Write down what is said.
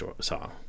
Song